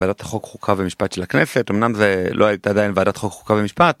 ועדת החוק חוקה ומשפט של הכנסת אמנם זה לא הייתה עדיין ועדת חוק חוקה ומשפט